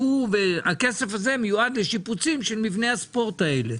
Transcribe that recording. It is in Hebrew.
הכסף הזה מיועד לשיפוצים של מתקני הספורט האלה?